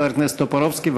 חבר הכנסת טופורובסקי,